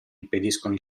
impediscono